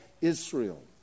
Israel